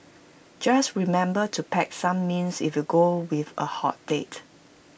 just remember to pack some mints if you go with A hot date